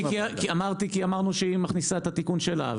אמרתי כי אמרנו שהיא מכניסה את התיקון שלה,